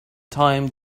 time